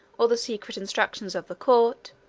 or the secret instructions of the court,